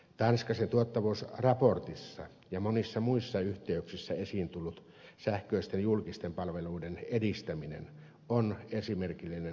tanskasen tuottavuusraportissa ja monissa muissa yhteyksissä esiin tullut sähköisten julkisten palveluiden edistäminen on esimerkillinen uudistushanke